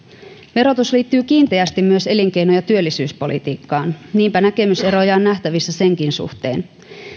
verotus liittyy kiinteästi myös elinkeino ja työllisyyspolitiikkaan niinpä näke myseroja on nähtävissä senkin suhteen